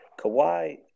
Kawhi